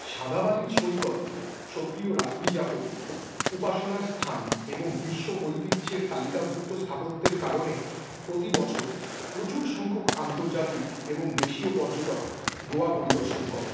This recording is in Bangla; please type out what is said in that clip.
সাদা বালির সৈকত সক্রিয় রাত্রি যাপন উপাসনার স্থান এবং বিশ্ব ঐতিহ্যের তালিকাভুক্ত স্থাপত্যের কারণে প্রতি বছর প্রচুর সংখ্যক আন্তর্জাতিক এবং দেশীয় পর্যটক গোয়া পরিদর্শন করেন